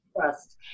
trust